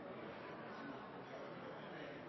presset